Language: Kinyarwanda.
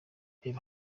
reba